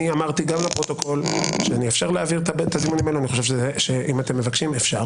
אני אמרתי גם לפרוטוקול שאם אתם מבקשים, אפשר.